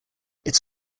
its